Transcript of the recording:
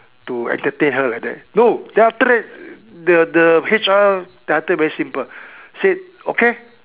to entertain her like that no then after that the the H_R I tell you very simple say okay